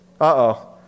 Uh-oh